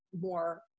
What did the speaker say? more